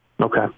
okay